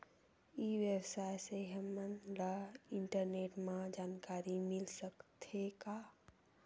ई व्यवसाय से हमन ला इंटरनेट मा जानकारी मिल सकथे का?